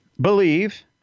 believe